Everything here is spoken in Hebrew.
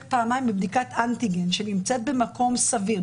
פעמיים בבדיקת אנטיגן שנמצאת במקום סביר,